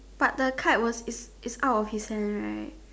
but the kite was is is out of his hand right